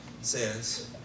says